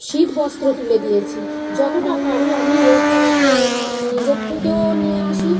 শীত বস্ত্র তুলে দিয়েছি যতোটা পারি আমি একে ওকে মানে নিজের থেকেও নিয়ে আসি